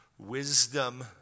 wisdom